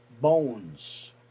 bones